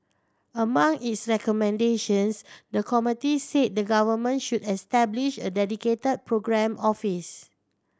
among its recommendations the committee say the Government should establish a dedicate programme office